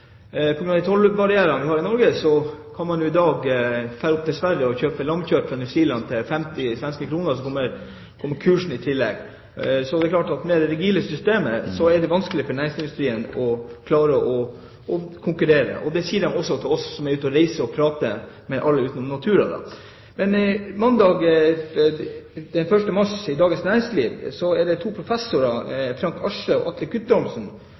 På grunn av tollbarrierene vi har i Norge, kan man i dag reise til Sverige og kjøpe lammekjøtt fra New Zealand til 50 svenske kr, i tillegg til kursen, så det er klart at med det rigide systemet vi har, er det vanskelig for næringsmiddelindustrien å klare å konkurrere. Det sier de også til oss som reiser og prater med alle, bortsett fra Nortura, da. Mandag 1. mars skriver to professorer, Frank Asche og Atle G. Guttormsen, i Dagens Næringsliv: «Bøndene vil kunne tjene på Rema-kjedens deltakelse i produksjonsleddet i matvarebransjen.» De sier videre: «En mer effektiv produksjon og